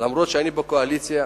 אף-על-פי שאני בקואליציה,